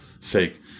sake